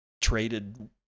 traded